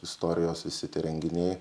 istorijos visi tie renginiai